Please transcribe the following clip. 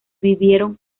vivieron